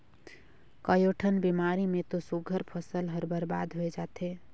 कयोठन बेमारी मे तो सुग्घर फसल हर बरबाद होय जाथे